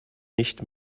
nicht